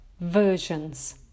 versions